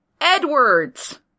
Edwards